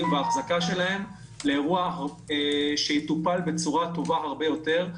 וההחזקה שלהם לאירוע שיטופל בצורה טובה הרבה יותר,